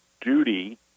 Duty